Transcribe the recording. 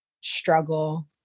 struggle